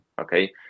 okay